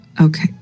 okay